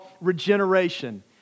regeneration